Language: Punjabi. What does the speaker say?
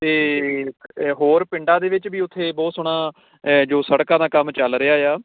ਅਤੇ ਹੋਰ ਪਿੰਡਾਂ ਦੇ ਵਿੱਚ ਵੀ ਉੱਥੇ ਬਹੁਤ ਸੋਹਣਾ ਜੋ ਸੜਕਾਂ ਦਾ ਕੰਮ ਚੱਲ ਰਿਹਾ ਆ